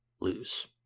lose